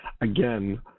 again